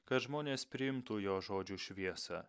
kad žmonės priimtų jo žodžių šviesą